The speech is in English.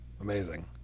amazing